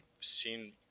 seen